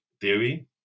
theory